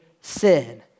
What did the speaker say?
sin